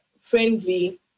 friendly